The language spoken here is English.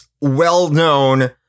well-known